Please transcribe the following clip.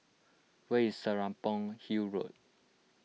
where is Serapong Hill Road